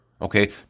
Okay